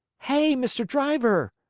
hey, mr. driver!